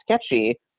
sketchy